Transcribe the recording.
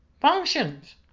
functions